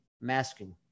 masking